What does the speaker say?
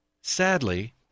Sadly